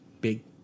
big